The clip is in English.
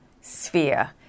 sphere